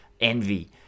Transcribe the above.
Envy